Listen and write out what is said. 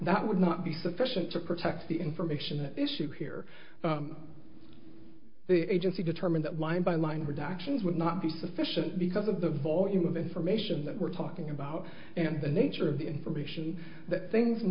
that would not be sufficient to protect the information at issue here the agency determined that line by line reductions would not be sufficient because of the volume of information that we're talking about and the nature of the information that things